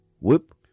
Whoop